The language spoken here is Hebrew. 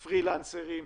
פרילנסרים,